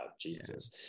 Jesus